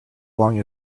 long